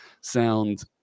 sound